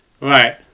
Right